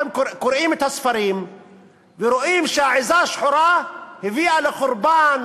אתם קוראים את הספרים ורואים שהעזה השחורה הביאה לחורבן